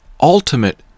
ultimate